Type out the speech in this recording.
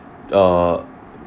uh